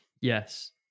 Yes